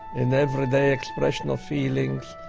in everyday expression of feelings.